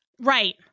Right